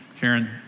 Karen